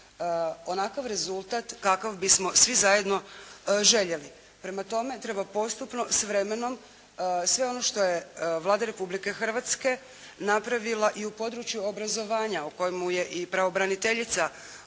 onakav rezultat kakav bismo svi zajedno željeli. Prema tome, treba postupno, s vremenom, sve ono što je Vlada Republike Hrvatske napravila i u području obrazovanja o kojemu je i pravobraniteljica u